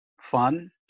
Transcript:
fun